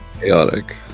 Chaotic